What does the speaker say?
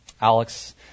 Alex